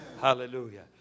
Hallelujah